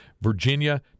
Virginia